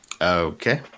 Okay